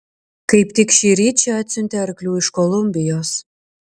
kaip tik šįryt čia atsiuntė arklių iš kolumbijos